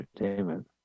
entertainment